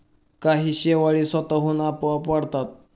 काही शेवाळी स्वतःहून आपोआप वाढतात